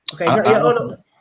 Okay